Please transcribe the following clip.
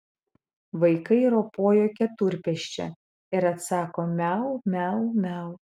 vaikai ropoja keturpėsčia ir atsako miau miau miau